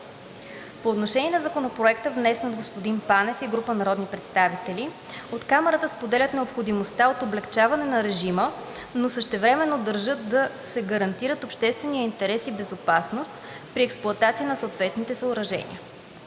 По отношение на Законопроекта, внесен от господин Панев и група народни представители, от Камарата споделят необходимостта от облекчаване на режима, но същевременно държат да се гарантират общественият интерес и безопасност при експлоатация на съответните съоръжения.